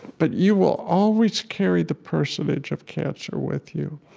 but you will always carry the personage of cancer with you.